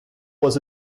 was